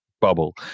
bubble